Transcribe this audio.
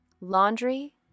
laundry